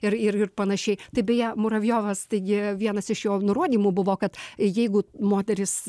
ir ir panašiai tai beje muravjovas taigi vienas iš jo nurodymų buvo kad jeigu moterys